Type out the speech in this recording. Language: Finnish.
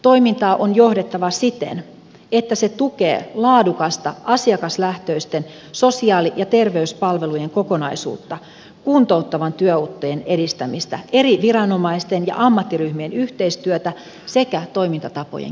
toimintaa on johdettava siten että se tukee laadukasta asiakaslähtöisten sosiaali ja terveyspalvelujen kokonaisuutta kuntouttavan työotteen edistämistä eri viranomaisten ja ammattiryhmien yhteistyötä sekä toimintatapojen kehittämistä